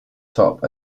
top